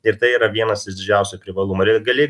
ir tai yra vienas iš didžiausių privalumų ir gali